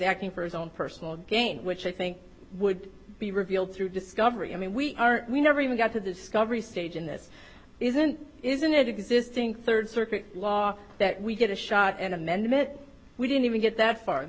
acting for his own personal gain which i think would be revealed through discovery i mean we are we never even got to discovery stage in this isn't is an existing third circuit law that we get a shot an amendment we didn't even get that far